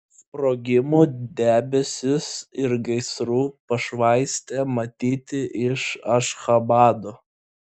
sprogimų debesis ir gaisrų pašvaistė matyti iš ašchabado